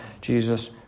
Jesus